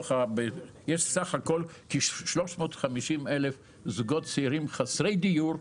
יש במדינת ישראל בסך הכול כ-350,000 זוגות צעירים חסרי דיור,